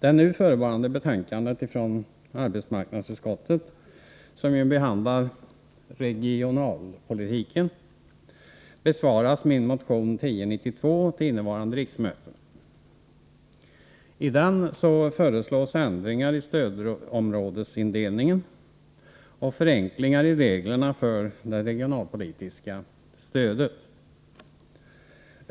det nu förevarande betänkandet från arbetsmarknadsutskottet, som ju behandlar regionalpolitiken, besvaras min motion nr 1092 till innevarande riksmöte. I den föreslås ändringar i stödområdesindelningen och förenklingar i reglerna för det regionalpolitiska stödet.